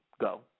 go